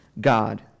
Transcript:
God